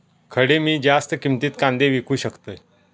खडे मी जास्त किमतीत कांदे विकू शकतय?